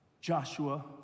Joshua